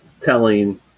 telling